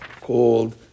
called